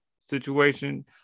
situation